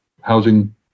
housing